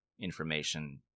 information